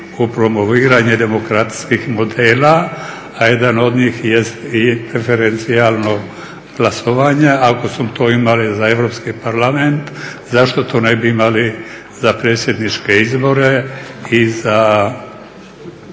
u promoviranje demokracijskih modela a jedan od njih jest i referencijalno glasovanje. Ako smo to imali za Europski parlament zašto to ne bi imali za predsjedničke izbore i za